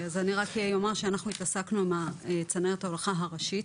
רק אומר שהתעסקנו בצנרת ההולכה הראשית,